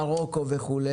מרוקו וכו',